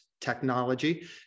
technology